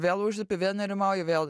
vėl užlipi vėl nerimauji vėl